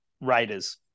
Raiders